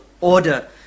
order